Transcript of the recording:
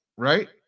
Right